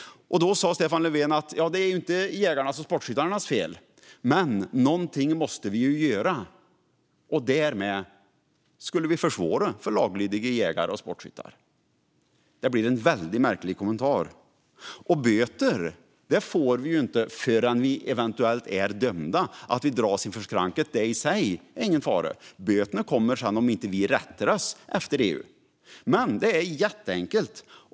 Då sa Stefan Löfven att det inte var jägarnas och sportskyttarnas fel men att något måste göras, och därmed skulle det försvåras för laglydiga jägare och sportskyttar. Det var en väldigt märklig kommentar. Böter får man inte förrän man eventuellt är dömd. Att dras inför skranket är i sig ingen fara. Böterna kommer sedan om vi inte rättar oss efter EU. Men det är jätteenkelt.